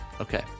Okay